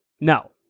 No